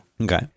Okay